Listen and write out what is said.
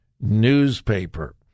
newspaper